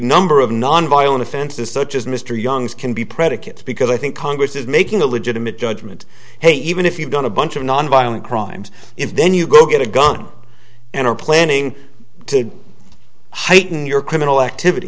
number of nonviolent offenses such as mr young's can be predicate because i think congress is making a legitimate judgment hey even if you've done a bunch of nonviolent crimes and then you go get a gun and are planning to heighten your criminal activity